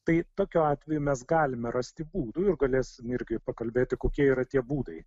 tai tokiu atveju mes galime rasti būdų ir galėsim irgi pakalbėti kokie yra tie būdai